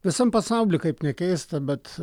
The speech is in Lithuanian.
visam pasauly kaip nekeista bet